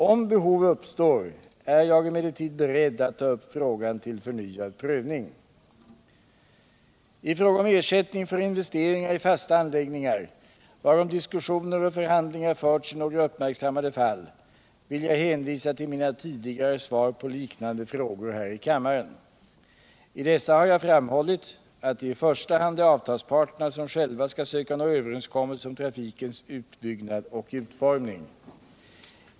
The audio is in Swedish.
Om behov uppstår är jag emellertid beredd att ta upp frågan till förnyad prövning. I fråga om ersättning för investering i fasta anläggningar, varom diskussioner och förhandlingar förts i några uppmärksammade fall, vill jag hänvisa till mina tidigare svar på liknande frågor här i kammaren. I dessa har jag framhållit att det i första hand är avtalsparterna som själva skall söka nå överenskommelse om trafikens utbyggnad och utformning.